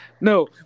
No